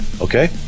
Okay